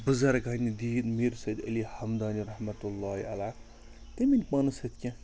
بُزرگانہِ دیٖن میٖر سید علی ہمدانہِ رحمتہ اللہ علیٰ تٔمۍ أنۍ پانَس سۭتۍ کیٚنٛہہ